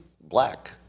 black